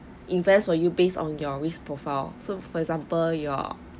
invest for you based on your risk profile so for example your